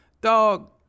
Dog